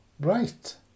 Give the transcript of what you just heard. right